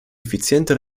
effiziente